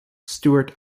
stuart